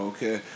Okay